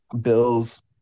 Bills